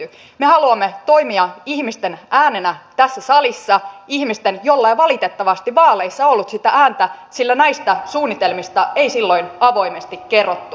me haluamme toimia ihmisten äänenä tässä salissa ihmisten joilla ei valitettavasti vaaleissa ollut sitä ääntä sillä näistä suunnitelmista ei silloin avoimesti kerrottu